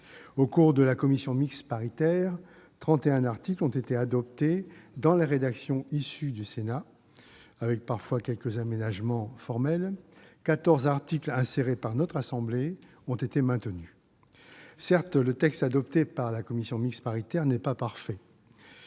Au cours de la commission mixte paritaire, 31 articles ont été adoptés dans la rédaction issue du Sénat, avec parfois quelques aménagements formels ; 14 articles insérés par notre assemblée ont été maintenus. Certes, le texte adopté par la CMP n'est pas parfait